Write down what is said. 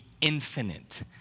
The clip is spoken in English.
infinite